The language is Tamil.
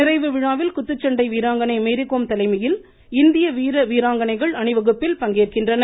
நிறைவு விழாவில் குத்துச்சண்டை வீராங்கணை மேரிகோம் தலைமையில் இந்திய வீர வீராங்கனைகள் அணிவகுப்பில் பங்கேற்கின்றனர்